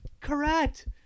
Correct